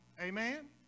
Amen